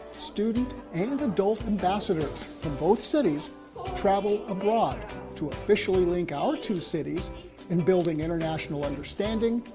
student and adult ambassadors from both cities travel abroad to officially link our two cities in building international understanding,